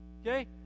okay